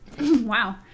Wow